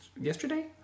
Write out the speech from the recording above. yesterday